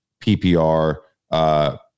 PPR